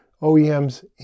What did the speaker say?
OEMs